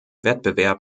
wettbewerb